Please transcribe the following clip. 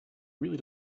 really